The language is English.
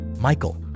Michael